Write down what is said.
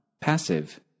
Passive